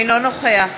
אינו נוכח